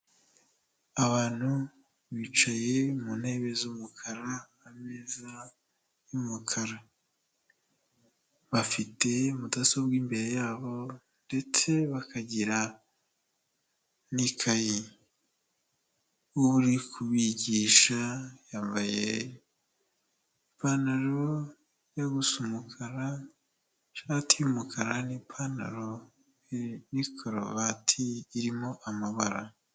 Abantu bicaye mu ntebe z'umukara, ameza y'umukara, bafite mudasobwa imbere yabo ndetse bakagira n'ikayi, uri kubigisha yambaye ipantaro iri gusa umukara, ishati y'umukara n'ipantaro n'ikaruvati irimo amabara.